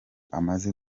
amaze